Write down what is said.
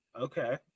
Okay